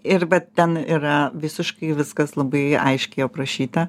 ir va ten yra visiškai viskas labai aiškiai aprašyta